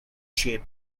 shape